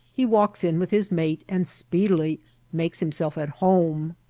he walks in with his mate and speedily makes himself at home.